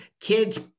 Kids